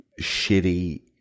shitty